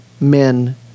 men